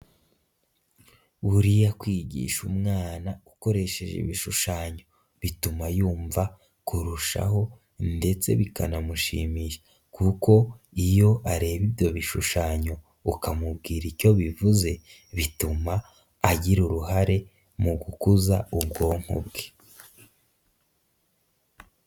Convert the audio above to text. Buriya kwigisha umwana ukoresheje ibishushanyo bituma yumva kurushaho ndetse bikanamushimisha kuko iyo areba ibyo bishushanyo ukamubwira icyo bivuze, bituma agira uruhare mu gukuza ubwonko bwe.